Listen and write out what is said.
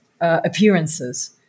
appearances